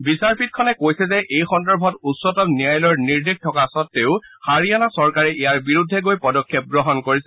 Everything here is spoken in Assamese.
বিচাৰপীঠখনে কৈছে যে এই সন্দৰ্ভত উচ্চতম ন্যায়ালয়ৰ নিৰ্দেশ থকা সত্ত্বেও হাৰিয়ানা চৰকাৰে ইয়াৰ বিৰুদ্ধে গৈ পদক্ষেপ গ্ৰহণ কৰিছে